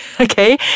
okay